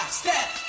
step